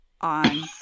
on